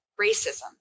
racism